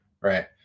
right